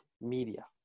media